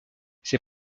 ses